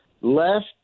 left